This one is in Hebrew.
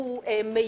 הוא מיותר.